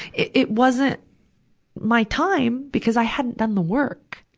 it, it wasn't my time because i hadn't done the work.